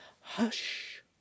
Hush